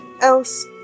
else